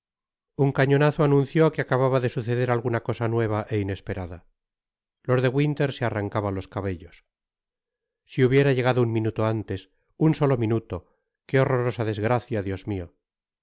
un cañonazo anunció que acababa de suceder alguna cosa nueva é inesperada lord de winter se arrancaba los cabellos si hubiera llegado un minuto antes i un solo minuto que horrorosa desgracia dios mio en efecto á